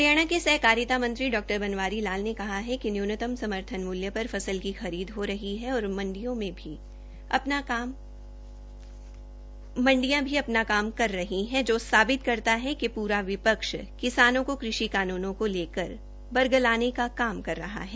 हरियाणा के सहकारिता मंत्री डॉ बनवारी लाल ने कहा है कि न्यूनतम समर्थन मूल्य पर फसल की खरीद हो रही है और मंडियां भी अपना काम कर रही है जो साबित करता है कि पूरा विपक्ष किसानों को कृषि कानूनों को लेकर बरगलाने की काम कर रहा है